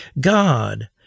God